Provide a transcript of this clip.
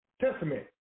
Testament